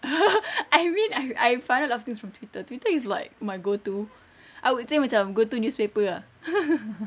I mean I I find out a lot of things from twitter twitter is like my go to I would say macam go to newspaper ah